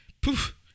poof